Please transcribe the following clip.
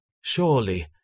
Surely